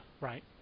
Right